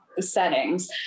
settings